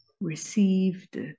received